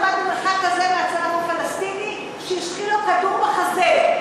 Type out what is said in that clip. הוא עמד במרחק כזה מהצלף הפלסטיני שהשחיל לו כדור בחזה.